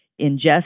ingest